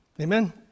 Amen